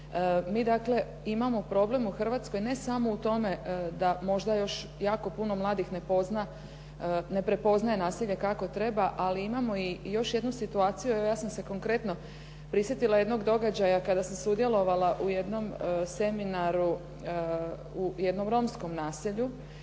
Mi dakle imamo problem u Hrvatskoj ne samo u tome da možda još jako puno mladih ne prepoznaje nasilje kako treba ali imamo i još jednu situaciju, evo ja sam se konkretno prisjetila jednog događaja kada sam sudjelovala u jednom seminaru u jednom romskom naselju